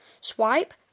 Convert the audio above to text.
Swipe